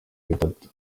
bitatu